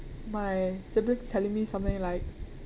my siblings telling me something like